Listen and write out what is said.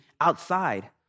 outside